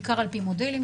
בעיקר על פי מודלים.